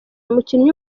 umukinnyi